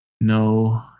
No